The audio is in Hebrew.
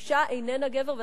האשה איננה גבר,